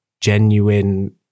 genuine